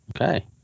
Okay